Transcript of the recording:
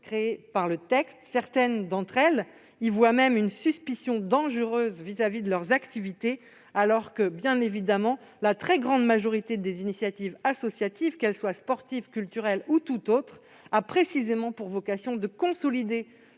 créé par ce texte. Certaines d'entre elles y voient même une suspicion dangereuse par rapport à leurs activités, alors que, bien évidemment, la très grande majorité des initiatives associatives, qu'elles soient sportives, culturelles ou autres, a précisément pour vocation de consolider